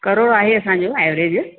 करोड़ आहे असांजो एवरेज